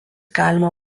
galima